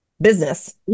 business